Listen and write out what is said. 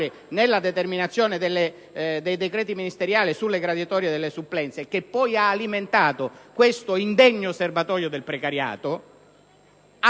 nella determinazione dei decreti ministeriali sulle graduatorie delle supplenze, i quali poi hanno alimentato l'indegno serbatoio del precariato.